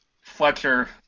Fletcher